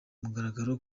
mugaragaro